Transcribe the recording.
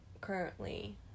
currently